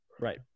Right